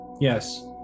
yes